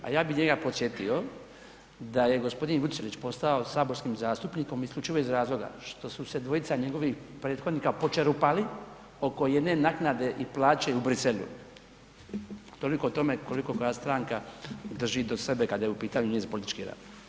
A ja bih njega podsjetio da je g. Vucelić postao saborskim zastupnikom isključivo iz razloga što su se dvojica njegovih prethodnika počerupali oko jedne naknade i plaće u Bruxellesu, toliko o tome koliko koja stranka drži do sebe kad je u pitanju njezin politički rad.